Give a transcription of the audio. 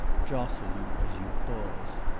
jostle you as you pass.